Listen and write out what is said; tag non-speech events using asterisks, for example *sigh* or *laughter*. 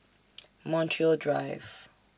*noise* Montreal Drive